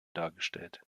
dargestellt